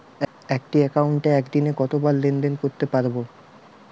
একটি একাউন্টে একদিনে কতবার লেনদেন করতে পারব?